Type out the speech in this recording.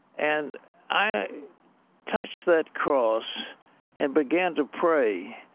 and i touched that cross and began to pray.